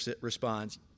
responds